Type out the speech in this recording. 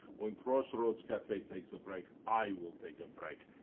when crossroads cafe takes a break, i will take a break.